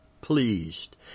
pleased